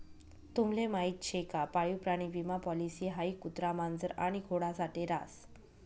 तुम्हले माहीत शे का पाळीव प्राणी विमा पॉलिसी हाई कुत्रा, मांजर आणि घोडा साठे रास